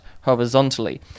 horizontally